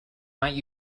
might